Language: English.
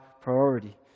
priority